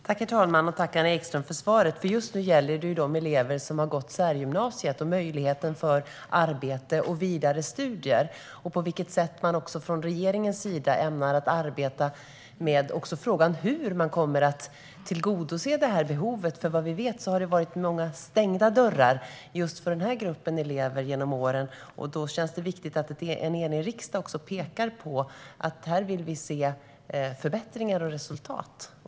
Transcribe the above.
Herr talman! Tack, Anna Ekström, för svaret! Just nu gäller det de elever som har gått på särgymnasiet, deras möjligheter till arbete och vidare studier och på vilket sätt man från regeringens sida ämnar arbeta med frågan hur man ska tillgodose det här behovet. Vad vi vet har det varit många stängda dörrar för just den här gruppen elever genom åren, och det känns viktigt att en enig riksdag pekar på att här vill man se förbättringar och resultat.